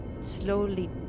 slowly